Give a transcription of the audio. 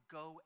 go